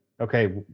okay